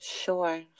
sure